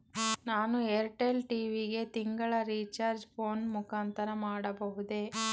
ನಾನು Airtel TV ಗೆ ತಿಂಗಳ ರಿಚಾರ್ಜ್ ಫೋನ್ ಮುಖಾಂತರ ಮಾಡಬಹುದೇ?